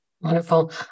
Wonderful